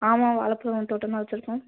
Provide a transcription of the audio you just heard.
ஆமாம் வாழைப் பழம் தோட்டம் தான் வச்சுருக்கோம்